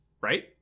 Right